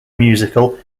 musical